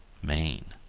maine.